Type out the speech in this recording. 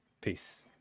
peace